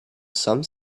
some